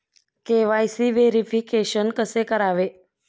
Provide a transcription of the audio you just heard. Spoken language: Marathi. के.वाय.सी व्हेरिफिकेशन कसे करावे?